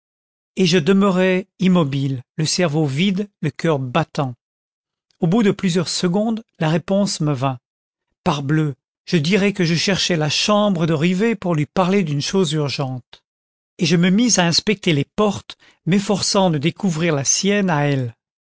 et je demeurai immobile le cerveau vide le coeur battant au bout de plusieurs secondes la réponse me vint parbleu je dirai que je cherchais la chambre de rivet pour lui parler d'une chose urgente et je me mis à inspecter les portes m'efforçant de découvrir la sienne à elle